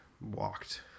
walked